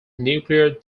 nuclear